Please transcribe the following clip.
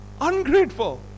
Ungrateful